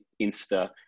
Insta